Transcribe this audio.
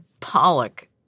Pollock